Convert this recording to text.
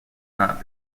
not